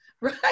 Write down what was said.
right